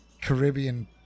Caribbean